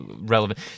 relevant